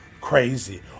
crazy